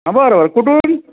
बरं बरं कुठून